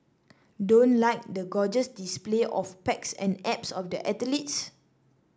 don't like the gorgeous display of pecs and abs of the athletes